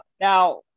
Now